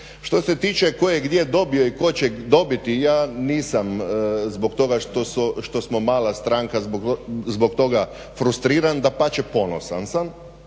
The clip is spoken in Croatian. Što se tiče tko je gdje dobio i tko će dobiti ja nisam zbog toga što smo mala stranka, zbog toga frustriran, dapače ponosan sam